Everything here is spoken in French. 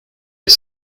est